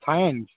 science